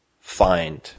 find